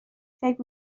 فکر